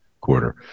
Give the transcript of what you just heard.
quarter